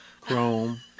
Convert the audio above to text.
Chrome